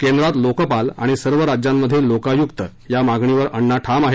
केंद्रात लोकपाल आणि सर्व राज्यांमधे लोकायुक्त या मागणीवर अण्णा ठाम आहेत